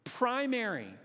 Primary